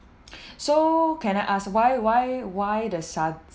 so can I ask why why why the